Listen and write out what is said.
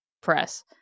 Press